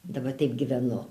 dabar taip gyvenu